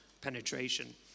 penetration